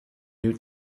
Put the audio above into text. new